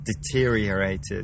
deteriorated